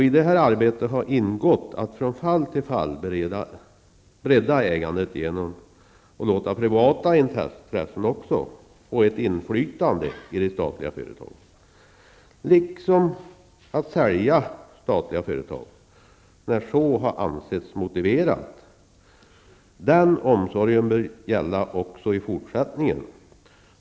I detta arbete har ingått att från fall till fall bredda ägandet genom att låta privata intressen få ett inflytande i de statliga företagen, liksom att sälja statliga företag när så ansetts motiverat. Den omsorgen bör gälla också i fortsättningen.